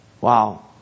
Wow